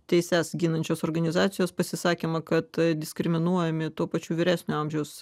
teises ginančios organizacijos pasisakymą kad diskriminuojami tuo pačiu vyresnio amžiaus